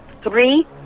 Three